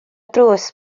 drws